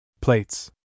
Plates